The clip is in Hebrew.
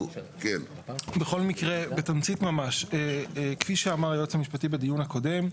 כפי שאמר היועץ המשפטי בדיון הקודם,